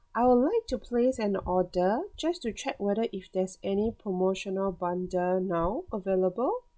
I would like to place an order just to check whether if there's any promotional bundle now available